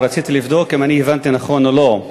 רציתי לבדוק אם הבנתי נכון או לא: